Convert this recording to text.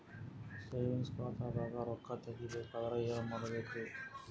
Savings ಖಾತಾದಾಗ ರೊಕ್ಕ ತೇಗಿ ಬೇಕಾದರ ಏನ ಮಾಡಬೇಕರಿ?